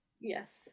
Yes